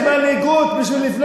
תירגע, ותפסיק לצרוח